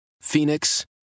Phoenix